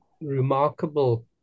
remarkable